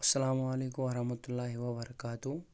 السلام علیکم ورحمۃ اللہ وبرکاتہ